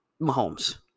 Mahomes